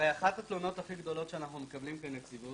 הרי אחת התלונות הכי גדולות שאנחנו מקבלים כנציבות,